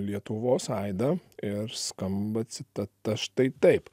lietuvos aidą ir skamba citata štai taip